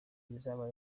izaba